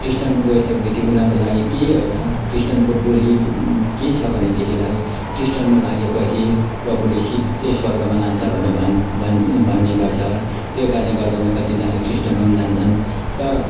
ख्रिस्टानमा गइसके पछि उनीहरूको लागि केही होइन ख्रिस्टानको बोली के छ भनेदेखिलाई ख्रिस्टानमा लागे पछि प्रभुले सिधै स्वर्गमा लान्छन् भनेर भन् भन् भन्ने गर्छ त्यो कारणले गर्दामा कतिजना ख्रिस्टानमा जान्छन् तर